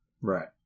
Right